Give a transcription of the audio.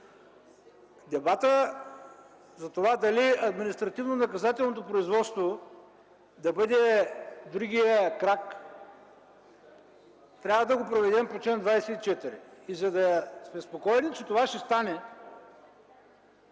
Дебатът за това дали административнонаказателното производство да бъде другият крак трябва да го проведем по чл. 24. За да сме спокойни, че това ще стане,